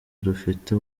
rufite